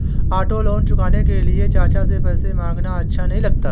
auto loan चुकाने के लिए चाचा से पैसे मांगना अच्छा नही लगता